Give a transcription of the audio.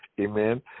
Amen